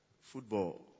football